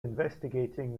investigating